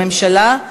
הממשלה.